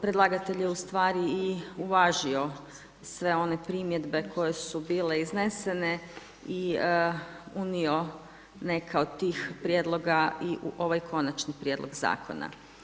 Predlagatelj je ustvari i uvažio sve one primjedbe koje su bile iznesene i unio neka od tih prijedloga i u ovak konačni prijedlog zakona.